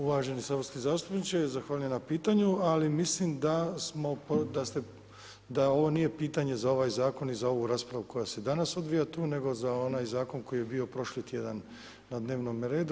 Uvaženi saborski zastupniče, zahvaljujem na pitanju, ali mislim da ovo nije pitanje za ovaj Zakon i za ovu raspravu koja se danas odvija tu nego za onaj Zakon koji je bio prošli tjedan na dnevnom redu.